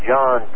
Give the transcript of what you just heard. John